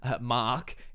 mark